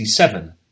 1967